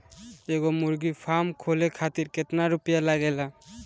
एगो मुर्गी फाम खोले खातिर केतना रुपया लागेला?